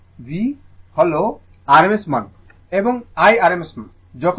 v হল rms মান এবং I rms মান